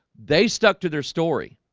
they stuck to their story